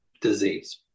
disease